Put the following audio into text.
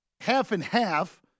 half-and-half